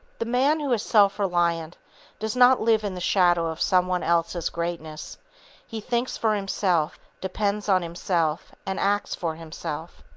the man who is self-reliant does not live in the shadow of some one else's greatness he thinks for himself, depends on himself, and acts for himself.